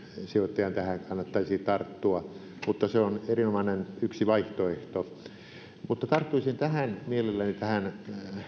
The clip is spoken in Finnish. sijoittajan tähän kannattaisi tarttua mutta se on erinomainen yksi vaihtoehto tarttuisin mielelläni tähän